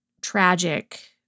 tragic